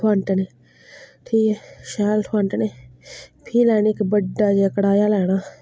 थवांटने ते शैल थवांटने फ्ही लैनी इक बड्डा जेहा कड़ाया लैना